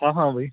ਹਾਂ ਹਾਂ ਬਾਈ